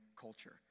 culture